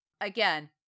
Again